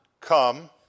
come